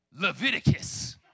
Leviticus